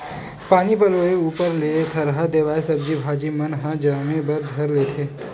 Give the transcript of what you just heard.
पानी पलोय ऊपर ले थरहा देवाय सब्जी भाजी मन ह जामे बर धर लेथे